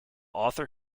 author